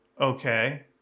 Okay